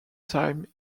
time